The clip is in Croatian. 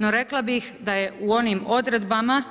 No rekla bih da je u onim odredbama